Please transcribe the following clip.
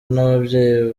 n’ababyeyi